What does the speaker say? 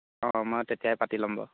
অঁ অঁ মই তেতিয়াই পাতি ল'ম বাৰু